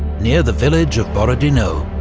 near the village of borodino,